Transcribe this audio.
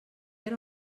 era